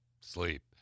sleep